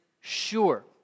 sure